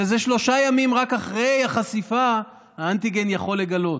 שרק שלושה ימים אחרי החשיפה האנטיגן יכול לגלות,